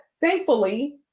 thankfully